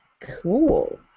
Cool